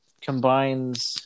combines